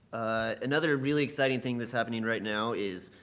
another really exciting thing that's happening right now is